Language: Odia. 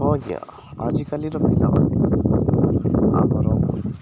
ହଁ ଆଜ୍ଞା ଆଜିକାଲିର ପିଲାମାନେ ଆମର